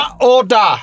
order